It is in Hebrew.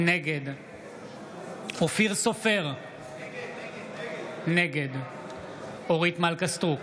נגד אופיר סופר, נגד אורית מלכה סטרוק,